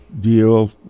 deal